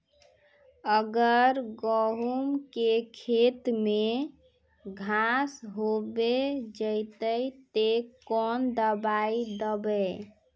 अगर गहुम के खेत में घांस होबे जयते ते कौन दबाई दबे?